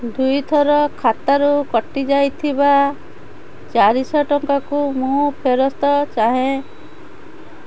ଦୁଇଥର ଖାତାରୁ କଟି ଯାଇଥିବା ଚାରିଶହ ଟଙ୍କାକୁ ମୁଁ ଫେରସ୍ତ ଚାହେଁ